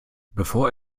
bevor